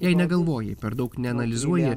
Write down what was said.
jei negalvoji per daug neanalizuoji